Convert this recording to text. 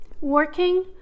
Working